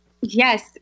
Yes